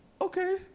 Okay